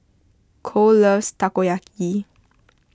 Kole loves Takoyaki